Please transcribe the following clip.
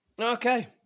Okay